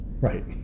Right